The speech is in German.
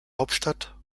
hauptstadt